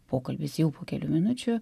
pokalbis jau po kelių minučių